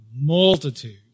multitude